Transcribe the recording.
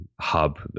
hub